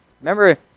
Remember